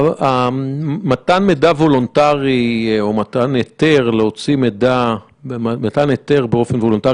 מתן מידע וולונטרי או מתן היתר באופן וולונטרי